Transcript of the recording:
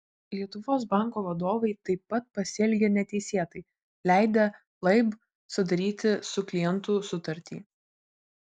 lietuvos banko vadovai taip pat pasielgė neteisėtai leidę laib sudaryti su klientu sutartį